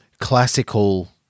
classical